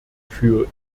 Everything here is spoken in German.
für